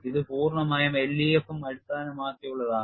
ഇത് പൂർണ്ണമായും LEFM അടിസ്ഥാനമാക്കിയുള്ളതാണ്